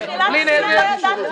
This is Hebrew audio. בלי נדר,